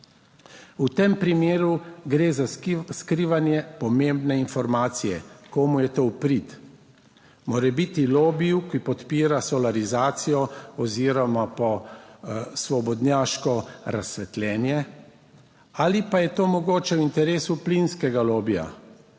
V tem primeru gre za skrivanje pomembne informacije. Komu je to v prid? Morebiti lobiju, ki podpira solarizacijo oziroma po svobodnjaško razsvetljenje. Ali pa je to mogoče v interesu plinskega lobija